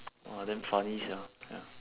!wah! damn funny sia